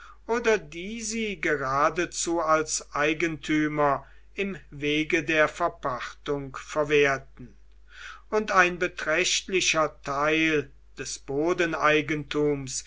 oder die sie geradezu als eigentümer im wege der verpachtung verwerten und ein beträchtlicher teil des